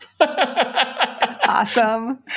Awesome